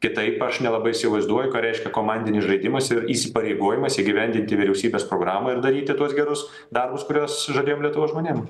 kitaip aš nelabai įsivaizduoju ką reiškia komandinis žaidimas ir įsipareigojimas įgyvendinti vyriausybės programą ir daryti tuos gerus darbus kuriuos žadėjom lietuvos žmonėm